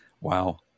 wow